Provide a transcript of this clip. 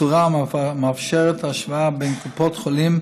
בצורה המאפשרת השוואה בין קופות חולים,